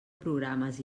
programes